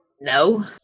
No